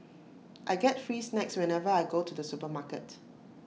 I get free snacks whenever I go to the supermarket